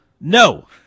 No